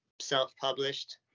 self-published